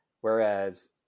Whereas